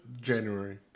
January